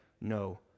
no